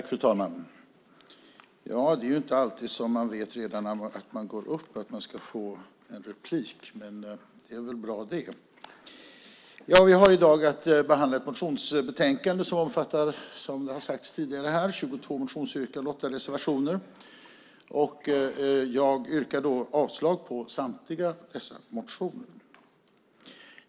Fru talman! Det är inte alltid man redan från början när man går upp vet att man ska få en replik att svara på, men det är väl bra, det. Vi har i dag att behandla ett motionsbetänkande som omfattar 22 motionsyrkanden och åtta reservationer. Jag yrkar avslag på samtliga motioner.